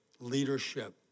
leadership